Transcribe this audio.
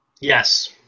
Yes